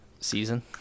season